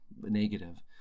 negative